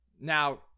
Now